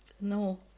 no